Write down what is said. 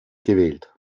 gewählt